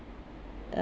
uh